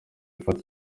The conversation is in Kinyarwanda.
ifata